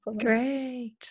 Great